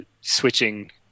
switching